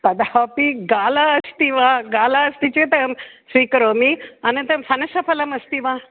तथापि गाल अस्ति वा गाल अस्ति चेत् अहं स्वीकरोमि अनन्तरं पनसफलमस्ति वा